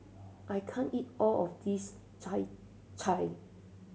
I can't eat all of this